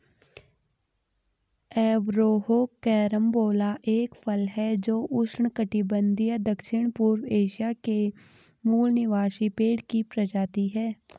Averrhoa carambola का फल है जो उष्णकटिबंधीय दक्षिणपूर्व एशिया के मूल निवासी पेड़ की प्रजाति है